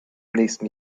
nächsten